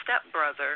stepbrother